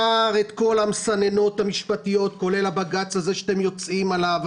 את כל המסננות המשפטיות כולל הבג"ץ הזה שאתם יוצאים עליו.